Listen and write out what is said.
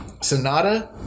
Sonata